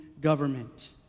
government